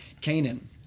Canaan